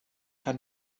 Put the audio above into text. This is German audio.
kann